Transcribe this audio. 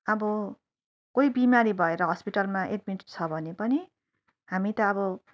अब कोही बिमारी भएर हस्पिटलमा एड्मिट छ भने पनि हामी त अब